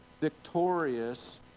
victorious